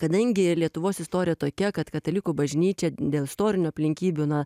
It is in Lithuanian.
kadangi lietuvos istorija tokia kad katalikų bažnyčia dėl istorinių aplinkybių na